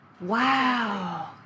Wow